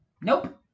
nope